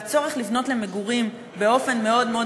והצורך לבנות למגורים באופן מאוד מאוד